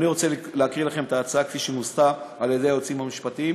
אני רוצה להקריא לכם את ההצעה כפי שנוסחה על-ידי היועצים המשפטיים.